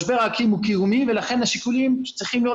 משבר האקלים הוא קיומי ולכן השיקולים שצריכים להיות